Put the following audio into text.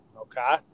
okay